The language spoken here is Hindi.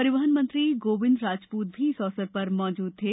परिवहन मंत्री गोविंद राजपूत भी इस अवसर पर उपस्थित थे